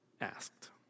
asked